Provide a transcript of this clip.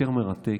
יותר מרתק,